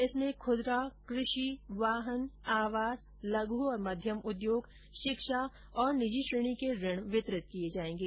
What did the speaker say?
इसमें खुदरा कृषि वाहन आवास लघ् और मध्यम उद्योग शिक्षा और निजी श्रेणी के ऋण वितरित किए जाएगे